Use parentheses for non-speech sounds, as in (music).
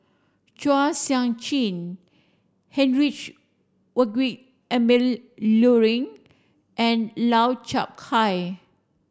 Chua Sian Chin Heinrich (unintelligible) Emil Luering and Lau Chiap Khai